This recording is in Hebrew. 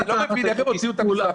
אני לא מבין איך הם הוציאו את הפקודה.